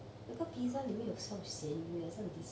哪個 pizza 里面有鹹魚的 so disgusting